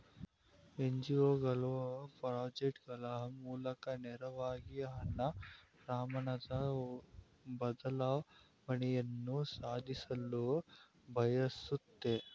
NGO ಗಳು project ಗಳ ಮೂಲಕ ನೇರವಾಗಿ ಸಣ್ಣ ಪ್ರಮಾಣದ ಬದಲಾವಣೆಯನ್ನು ಸಾಧಿಸಲು ಬಯಸುತ್ತೆ